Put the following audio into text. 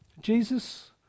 Jesus